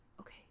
Okay